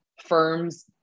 firms